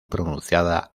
pronunciada